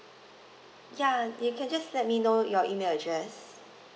ya you can just let me know your email address